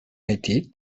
haití